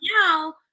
now